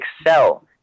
excel